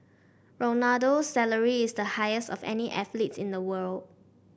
Ronaldo's salary is the highest of any athletes in the world